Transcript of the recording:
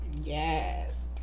Yes